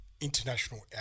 international